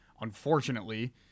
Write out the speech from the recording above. Unfortunately